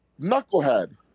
Knucklehead